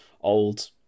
old